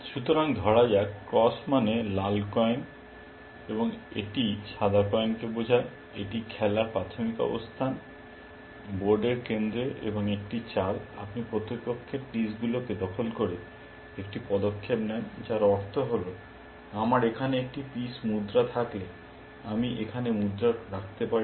সুতরাং ধরা যাক ক্রস মানে লাল কয়েন এবং এটি সাদা কয়েনকে বোঝায় এটি খেলার প্রাথমিক অবস্থান বোর্ডের কেন্দ্রে এবং একটি চাল আপনি প্রতিপক্ষের পিসগুলিকে দখল করে একটি পদক্ষেপ নেন যার অর্থ হল আমার এখানে একটি পিস মুদ্রা থাকলে আমি এখানে মুদ্রা রাখতে পারি